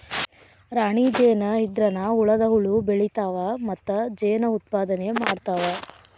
ರಾಣಿ ಜೇನ ಇದ್ರನ ಉಳದ ಹುಳು ಬೆಳಿತಾವ ಮತ್ತ ಜೇನ ಉತ್ಪಾದನೆ ಮಾಡ್ತಾವ